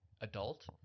adult